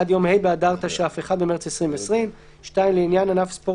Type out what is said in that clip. עד יום ה' באדר התש"ף (1 במרס 2020); (2) לעניין ענף ספורט